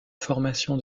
formation